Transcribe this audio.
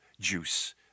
juice